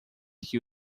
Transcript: que